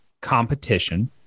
competition